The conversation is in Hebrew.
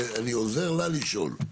אני עוזר לה לשאול.